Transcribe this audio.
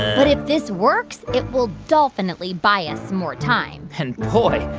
but if this works, it will dolphinately buy us more time and boy,